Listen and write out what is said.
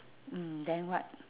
mm then what